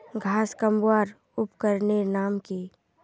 घांस कमवार उपकरनेर नाम की?